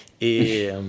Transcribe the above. et